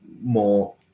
more